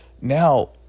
Now